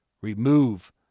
Remove